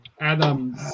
Adam